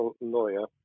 lawyer